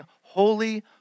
Holy